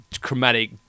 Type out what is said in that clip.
chromatic